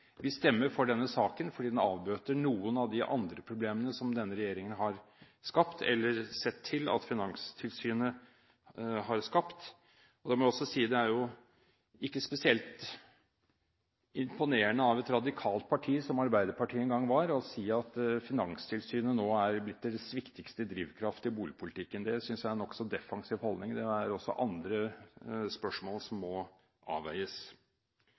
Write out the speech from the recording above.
Vi stemmer for denne saken fordi den avbøter noen av de andre problemene som denne regjeringen har skapt – eller sett til at Finanstilsynet har skapt. Da må jeg også si at det ikke er spesielt imponerende av et radikalt parti som Arbeiderpartiet en gang var, å si at Finanstilsynet nå er blitt deres viktigste drivkraft i boligpolitikken. Det synes jeg er en nokså defensiv holdning – det er også andre spørsmål som må avveies.